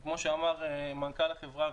כי כמו שאמר מנכ"ל החברה,